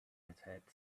had